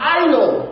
idle